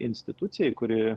institucijai kuri